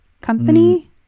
company